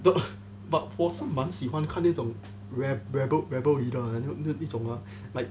the but 我是蛮喜欢看那种 re~ rebel rebel leader err 那种 ah like